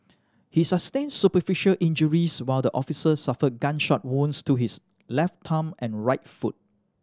he sustained superficial injuries while the officer suffered gunshot wounds to his left thumb and right foot